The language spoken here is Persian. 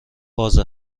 باز